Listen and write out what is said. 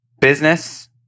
business